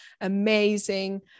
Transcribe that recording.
Amazing